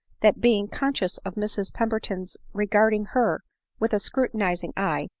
that being conscious of mrs pember ton's regarding her with a scrutinizing eye,